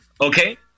Okay